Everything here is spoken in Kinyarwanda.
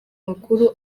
makuru